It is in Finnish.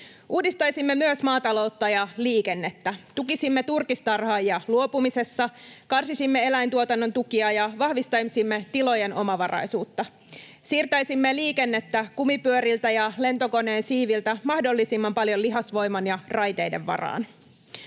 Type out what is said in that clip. Uudistaisimme myös maataloutta ja liikennettä. Tukisimme turkistarhaajia luopumisessa, karsisimme eläintuotannon tukia ja vahvistaisimme tilojen omavaraisuutta. Siirtäisimme liikennettä kumipyöriltä ja lentokoneen siiviltä mahdollisimman paljon lihasvoiman ja raiteiden varaan.